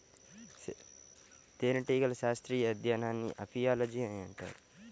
తేనెటీగల శాస్త్రీయ అధ్యయనాన్ని అపియాలజీ అని అంటారు